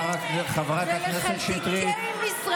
בממשלה שלכם היו יותר נורבגים מבכל ממשלה אחרת.